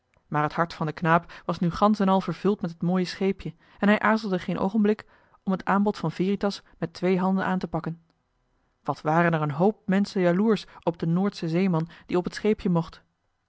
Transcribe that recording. maar het hart van den knaap was nu gansch en al vervuld met het mooie scheepje en hij aarzelde geen oogenblik om het aanbod van veritas met twee handen aan te pakken wat waren er een hoop menschen jaloersch op den noordschen zeeman die op het scheepje mocht